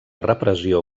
repressió